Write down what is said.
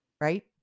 Right